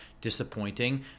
disappointing